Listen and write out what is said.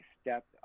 stepped